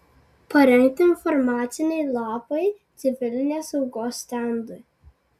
parengti informaciniai lapai civilinės saugos stendui